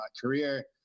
career